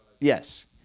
Yes